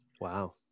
wow